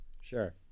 Sure